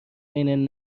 بین